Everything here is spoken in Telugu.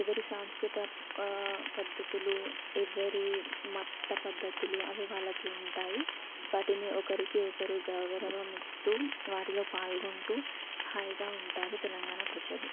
ఎవరి సంస్కృత పద్ధతులు ఎవరి మత పద్ధతులు అవి వాళ్ళకి ఉంటాయి వాటిని ఒకరికి ఒకరు గౌరవం ఇస్తూ వాటిలో పాల్గొంటూ హాయిగా ఉంటారు తెలంగాణ ప్రజలు